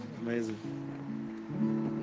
Amazing